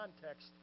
context